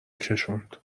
کشوند